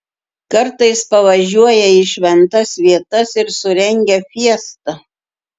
kartais pavažiuoja į šventas vietas ir surengia fiestą